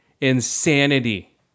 Insanity